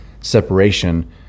separation